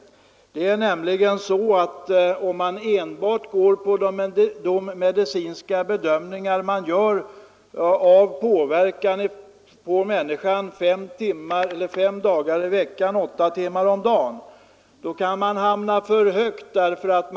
Det är nämligen så, att om man enbart rättar sig efter de medicinska bedömningarna av påverkan på människan under fem dagar i veckan, åtta timmar om dagen då kan man få för höga värden.